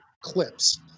clips